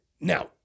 Now